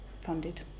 funded